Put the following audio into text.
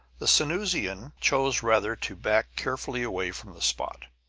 the sanusian chose rather to back carefully away from the spot.